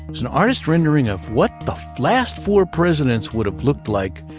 it's an artist rendering of what the last four presidents would have looked like,